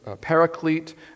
paraclete